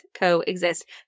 coexist